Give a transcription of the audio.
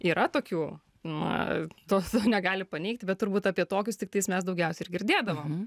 yra tokių na to negali paneigti bet turbūt apie tokius tiktais mes daugiausiai ir girdėdavom